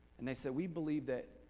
and they said, we believe that,